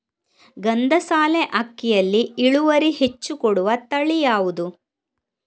ಗಂಧಸಾಲೆ ಅಕ್ಕಿಯಲ್ಲಿ ಇಳುವರಿ ಹೆಚ್ಚು ಕೊಡುವ ತಳಿ ಯಾವುದು?